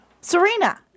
Serena